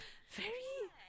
very